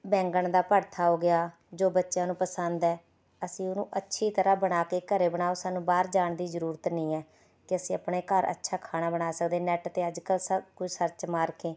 ਬੈਂਗਣ ਦਾ ਭੜਥਾ ਹੋ ਗਿਆ ਜੋ ਬੱਚਿਆਂ ਨੂੰ ਪਸੰਦ ਹੈ ਅਸੀਂ ਉਹਨੂੰ ਅੱਛੀ ਤਰ੍ਹਾਂ ਬਣਾ ਕੇ ਘਰ ਬਣਾਉ ਸਾਨੂੰ ਬਾਹਰ ਜਾਣ ਦੀ ਜ਼ਰੂਰਤ ਨਹੀਂ ਹੈ ਅਤੇ ਅਸੀਂ ਆਪਣੇ ਘਰ ਅੱਛਾ ਖਾਣਾ ਬਣਾ ਸਕਦੇ ਨੈੱਟ 'ਤੇ ਅੱਜ ਕੱਲ੍ਹ ਸਭ ਕੁਝ ਸਰਚ ਮਾਰ ਕੇ